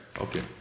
Okay